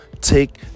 take